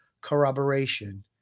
corroboration